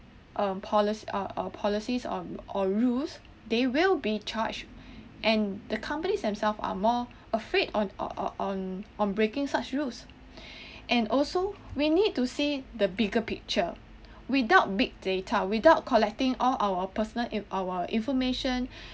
a policy a~ a~ policies um or rules they will be charged and the company's themselves are more afraid on or or on on breaking such rules and also we need to see the bigger picture without big data without collecting all our personal in~ our information